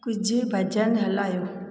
कुझु भॼनु हलायो